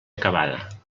acabada